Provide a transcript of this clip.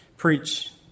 preach